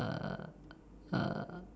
err